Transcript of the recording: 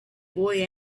boy